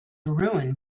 ruined